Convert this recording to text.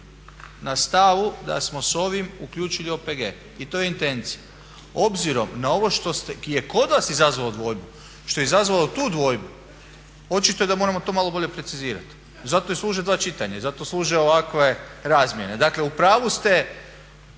na stavu da smo s ovim uključili OPG i to je intencija. Obzirom na ovo što je kod vas izazvalo dvojbu, što je izazvalo tu dvojbu, očito je da moramo to malo bolje precizirati. Zato i služe dva čitanja i zato služe ovakve razmjene. Dakle u pravu ste